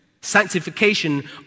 Sanctification